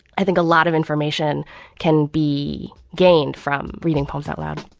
i think a lot of information can be gained from reading poems out loud